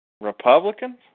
Republicans